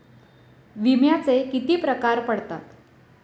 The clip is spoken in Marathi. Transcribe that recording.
विम्याचे किती प्रकार पडतात?